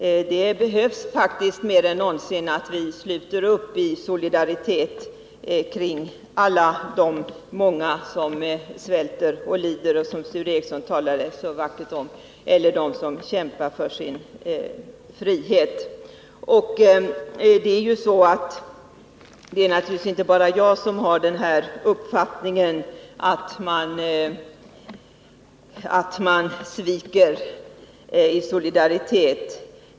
Vi behöver faktiskt mer än någonsin solidariskt sluta upp för de många som svälter och lider, om vilka Sture Ericson talade så vackert, och för dem som kämpar för sin frihet. Det är naturligtvis inte bara jag som har den uppfattningen att socialdemokraterna sviker i solidaritet.